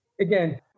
Again